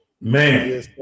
Man